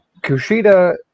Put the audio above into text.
Kushida